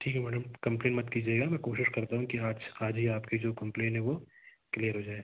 ठीक है madam complain मत कीजिएगा मैं कोशिश करता हूँ कि आज आज ही आज आपकी जो कंप्लेन है वो क्लियर हो जाए